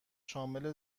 شامل